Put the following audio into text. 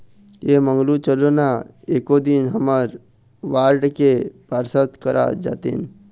ऐ मंगलू चलो ना एको दिन हमर वार्ड के पार्षद करा जातेन